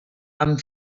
amb